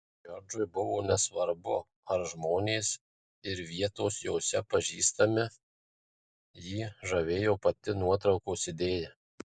džordžui buvo nesvarbu ar žmonės ir vietos jose pažįstami jį žavėjo pati nuotraukos idėja